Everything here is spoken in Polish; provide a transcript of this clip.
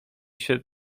się